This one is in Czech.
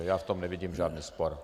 Já v tom nevidím žádný spor.